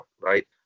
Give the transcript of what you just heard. Right